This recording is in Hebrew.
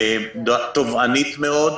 תובענית מאוד.